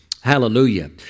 Hallelujah